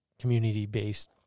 community-based